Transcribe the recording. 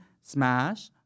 smash